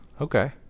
Okay